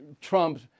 Trump